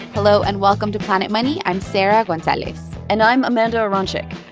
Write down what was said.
hello, and welcome to planet money. i'm sarah gonzalez and i'm amanda aronczyk.